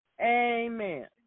Amen